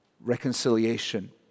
reconciliation